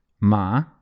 Ma